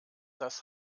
das